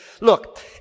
Look